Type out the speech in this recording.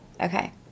Okay